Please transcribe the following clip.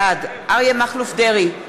בעד אריה מכלוף דרעי,